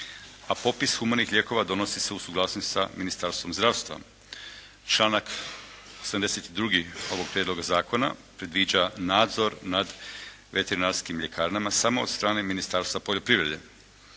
a popis humanih lijekova donosi se u suglasnosti sa Ministarstvom zdravstva. Članak 72. ovog prijedloga zakona predviđa nadzor nad veterinarskim ljekarnama samo od strane Ministarstva poljoprivrede.